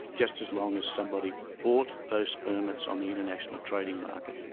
just as long as somebody bought those permits on the international trading market.